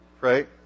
Right